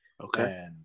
Okay